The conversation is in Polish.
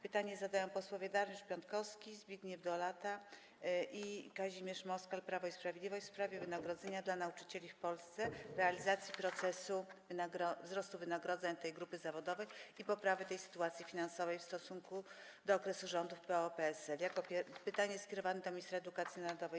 Pytanie zadają posłowie Dariusz Piontkowski, Zbigniew Dolata i Kazimierz Moskal, Prawo i Sprawiedliwość, w sprawie wynagrodzenia dla nauczycieli w Polsce, realizacji procesu wzrostu wynagrodzeń tej grupy zawodowej i poprawy jej sytuacji finansowej w stosunku do okresu rządów PO-PSL - pytanie jest skierowane do ministra edukacji narodowej.